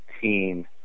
team